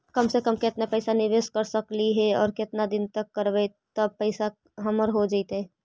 कम से कम केतना पैसा निबेस कर सकली हे और केतना दिन तक करबै तब केतना पैसा हमर हो जइतै?